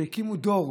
שהקימו דור,